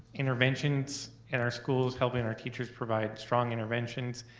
interventions at our schools, helping our teachers provide strong interventions,